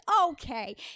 okay